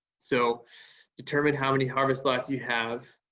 so determine how many harvest lots you have.